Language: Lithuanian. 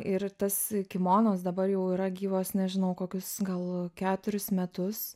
ir tas kimonas dabar jau yra gyvas nežinau kokius gal keturis metus